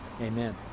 amen